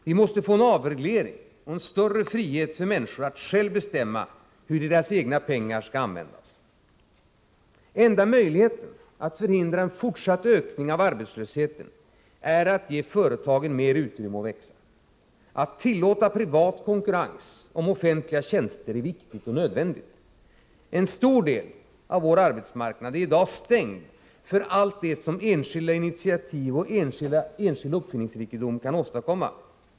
Vi måste få en avreglering och en större frihet för människor att själva bestämma hur deras egna pengar skall användas. Enda möjligheten att förhindra en fortsatt ökning av arbetslösheten är att ge företagen mer utrymme att växa. Att tillåta privat konkurrens i fråga om offentliga tjänster är viktigt och nödvändigt. En stor del av vår arbetsmarknad är i dag stängd för allt det som enskilda initiativ och enskild uppfinningsrikedom kan åstadkomma.